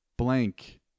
Blank